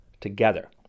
together